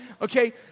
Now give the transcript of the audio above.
Okay